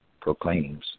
proclaims